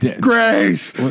Grace